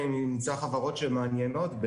אם נמצא חברות מעניינות,